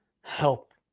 help